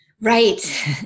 Right